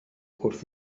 wrth